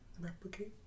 Replicate